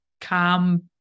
calm